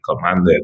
commanded